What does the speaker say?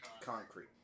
concrete